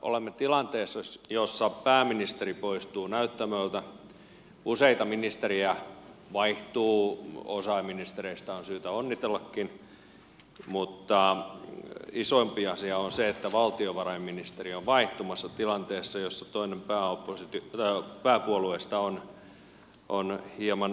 olemme tilanteessa jossa pääministeri poistuu näyttämöltä useita ministereitä vaihtuu osaa ministereistä on syytä onnitellakin mutta isompi asia on se että valtiovarainministeri on vaihtumassa tilanteessa jossa toinen pääpuolueista on hieman alarinteessä